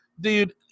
dude